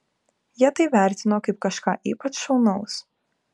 jie tai vertino kaip kažką ypač šaunaus